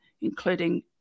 including